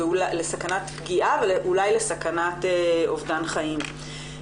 לסכנת פגיעה ואולי לסכנת אובדן חיים.